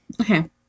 Okay